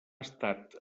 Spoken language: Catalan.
estat